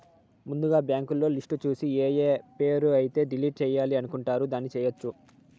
ముందుగా బ్యాంకులో లిస్టు చూసి ఏఏ పేరు అయితే డిలీట్ చేయాలి అనుకుంటారు దాన్ని చేయొచ్చు